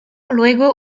luego